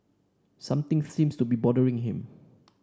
something seems to be bothering him